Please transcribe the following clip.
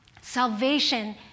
Salvation